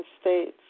states